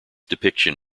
depiction